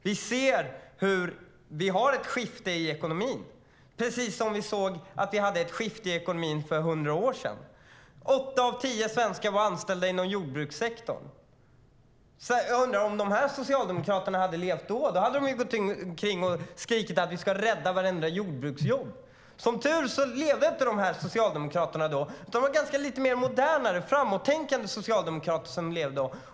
Vi ser att vi har ett skifte i ekonomin, precis som man såg att man hade ett skifte i ekonomin för hundra år sedan. Då var åtta av tio svenskar anställda inom jordbrukssektorn. Om de här socialdemokraterna hade levt då hade de gått omkring och skrikit: Vi ska rädda vartenda jordbruksjobb! Som tur är levde inte de här socialdemokraterna då, utan det var lite modernare och mer framåttänkande socialdemokrater som levde då.